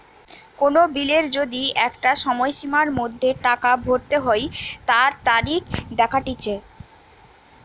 কোন বিলের যদি একটা সময়সীমার মধ্যে টাকা ভরতে হই তার তারিখ দেখাটিচ্ছে